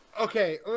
okay